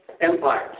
empires